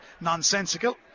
nonsensical